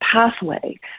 pathway